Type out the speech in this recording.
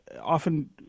often